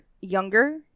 younger